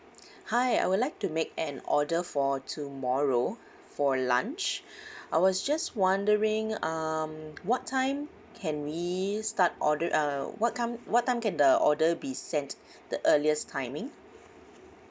hi I would like to make an order for tomorrow for lunch I was just wondering um what time can we start order uh what time what time can the order be sent the earliest timing